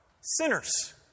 sinners